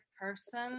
person